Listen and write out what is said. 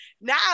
Now